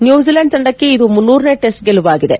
New Zealand ತಂಡಕ್ಕೆ ಇದು ನೂರನೇ ಟೆಸ್ಟ್ ಗೆಲುವಾಗಿದೆ